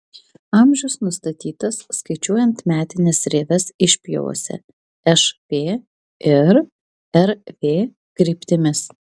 amžius nustatytas skaičiuojant metines rieves išpjovose š p ir r v kryptimis